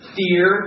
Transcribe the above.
fear